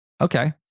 okay